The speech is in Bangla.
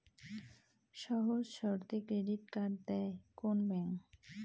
সহজ শর্তে ক্রেডিট কার্ড দেয় কোন ব্যাংক?